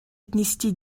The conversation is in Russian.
отнести